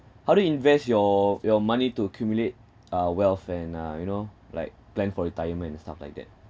how do you invest your your money to accumulate uh wealth and uh you know like plan for retirement and stuff like that